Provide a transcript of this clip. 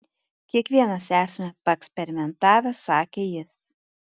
kiekvienas esame paeksperimentavę sakė jis